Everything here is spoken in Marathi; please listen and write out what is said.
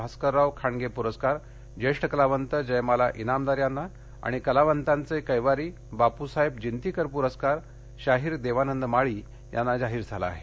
भास्करराव खाडगे पुरस्कार ज्येष्ठ कलावंत जयमाला इनामदार यांना आणि कलावंतांचे कैवारी बाप्साहेब जिंतीकर प्रस्कार शाहीर देवानंद माळी यांना जाहीर झाला आहे